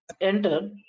enter